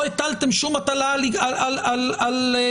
לא הטלתם שום מטלה על התקהלות.